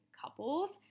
couples